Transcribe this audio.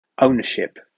ownership